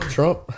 Trump